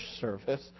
service